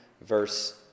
verse